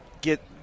get